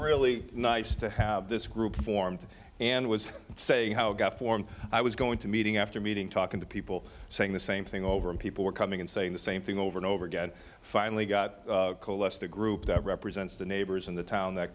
really nice to have this group formed and was saying how it got formed i was going to meeting after meeting talking to people saying the same thing over and people were coming and saying the same thing over and over again finally got coalesced a group that represents the neighbors in the town that